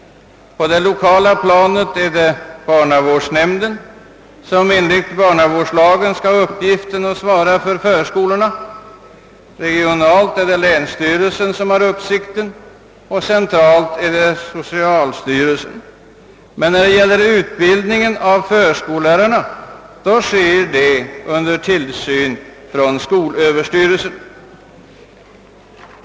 På det lokala planet är det barnavårdsnämnden som enligt barnavårdslagen skall ha uppgiften att svara för förskolorna. Regionalt har länsstyrelsen uppsikt och centralt socialstyrelsen. Men utbildningen av förskollärarna sker under tillsyn av skolöverstyrelsen.